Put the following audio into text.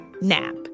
nap